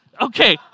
Okay